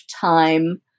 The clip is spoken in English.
time